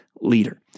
leader